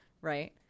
right